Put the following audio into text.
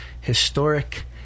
Historic